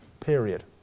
period